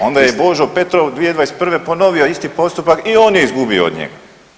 Onda je Božo Petrov 2021. ponovio isti postupak i on je izgubio od njega.